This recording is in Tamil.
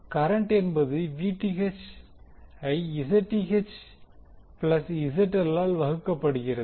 கரண்ட் என்பது Vth ஐ Zth ப்ளஸ் ZL ஆல் வகுக்கப்படுகிறது